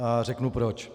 A řeknu proč.